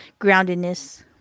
groundedness